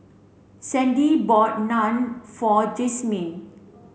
Sandi bought Naan for Jazmyne